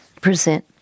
present